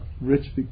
rich